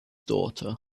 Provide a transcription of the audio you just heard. daughter